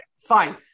Fine